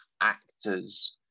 actors